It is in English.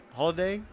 holiday